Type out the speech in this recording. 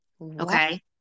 Okay